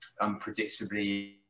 unpredictably